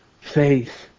faith